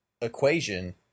equation